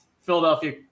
Philadelphia